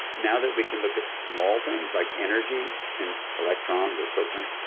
now that we can look at small things, like energy and electrons or photons,